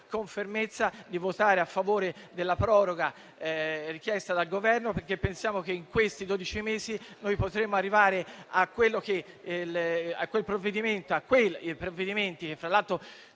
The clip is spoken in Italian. con fermezza di votare a favore della proroga richiesta dal Governo, perché pensiamo che in questi dodici mesi potremmo arrivare a varare quei provvedimenti che, fra l'altro,